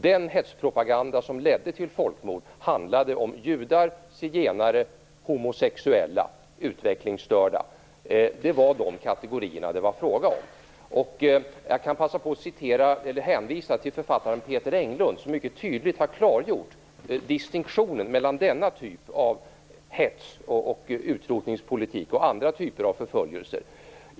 Den hetspropaganda som ledde till folkmord handlade om judar, zigenare, homosexuella och utvecklingsstörda. Det var de kategorierna som det var fråga om. Jag kan passa på att hänvisa till författaren Peter Englund, som mycket tydligt har klargjort distinktionen mellan denna typ av hets och utrotningspolitik och andra typer av förföljelser.